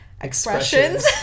expressions